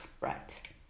right